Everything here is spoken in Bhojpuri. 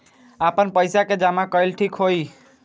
आपन पईसा के जमा कईल ठीक होई?